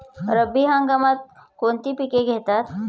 रब्बी हंगामात कोणती पिके घेतात?